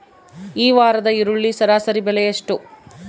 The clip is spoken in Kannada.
ಈ ವಾರದ ಈರುಳ್ಳಿ ಸರಾಸರಿ ಬೆಲೆ ಎಷ್ಟು?